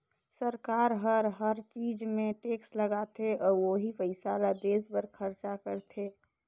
सरकार हर हर चीच मे टेक्स लगाथे अउ ओही पइसा ल देस बर खरचा करथे